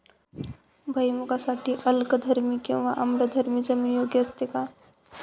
भुईमूगासाठी अल्कधर्मी किंवा आम्लधर्मी जमीन योग्य असते का?